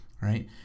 right